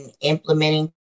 implementing